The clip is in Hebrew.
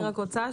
אתם רוצים